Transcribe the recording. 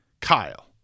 Kyle